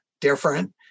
different